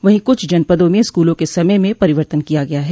वहीं कुछ जनपदों में स्कूलों के समय में परिवर्तन किया गया है